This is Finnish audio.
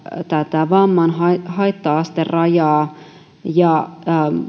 tätä vamman haitta haitta asterajaa ja